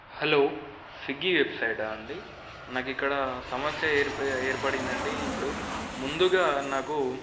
hello Swiggy వెబ్సైటా అండి నాకు ఇక్కడ సమస్య ఏర్పి ఏర్పడింది అండి ఇప్పుడు ముందుగా నాకూ